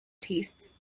tastes